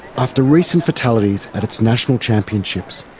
after recent fatalities at its national championships,